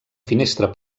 finestra